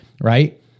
right